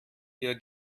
ihr